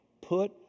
Put